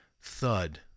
Thud